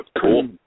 Cool